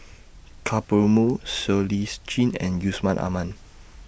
Ka Perumal Siow Lee Chin and Yusman Aman